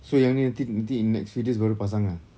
so yang ni nanti nanti next few days baru pasang ah